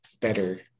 better